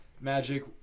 magic